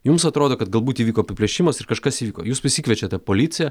jums atrodo kad galbūt įvyko apiplėšimas ir kažkas įvyko jūs prisikviečiate policiją